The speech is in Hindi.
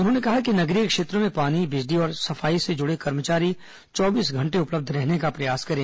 उन्होंने कहा कि नगरीय क्षेत्रों में पानी बिजली और सफाई से जुड़े कर्मचारी चौबीस घंटे उपलब्ध रहने का प्रयास करें